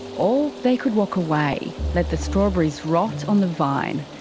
or they could walk away, let the strawberries rot on the vine.